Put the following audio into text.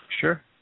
Sure